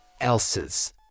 else's